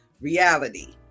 reality